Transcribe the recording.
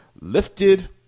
Lifted